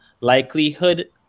likelihood